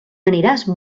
aniràs